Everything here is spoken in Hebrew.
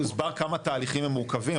הוסבר כמה התהליכים הם מורכבים,